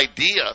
idea